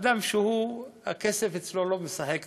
אדם שהכסף אצלו לא משחק תפקיד,